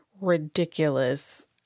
ridiculous